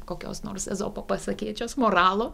kokios nors ezopo pasakėčios moralo